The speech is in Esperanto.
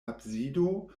absido